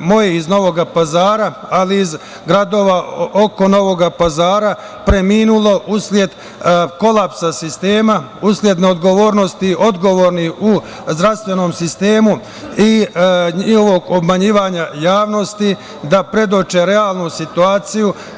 mojih iz Novog Pazara, ali i iz gradova oko Novog Pazara preminulo usled kolapsa sistema, usled neodgovornosti odgovornih u zdravstvenom sistemu i njihovog obmanjivanja javnosti da predoče realnu situaciju.